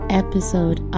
episode